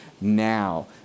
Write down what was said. now